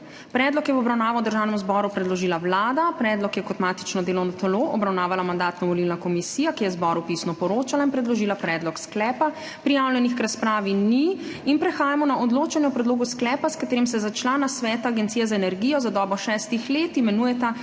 Predlog je v obravnavo Državnemu zboru predložila Vlada. Predlog je kot matično delovno telo obravnavala Mandatno-volilna komisija, ki je zboru pisno poročala in predložila predlog sklepa. Prijavljenih k razpravi ni in prehajamo na odločanje o predlogu sklepa, s katerim se za člana Sveta Agencije za energijo za dobo šestih let imenujeta